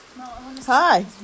Hi